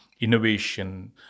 innovation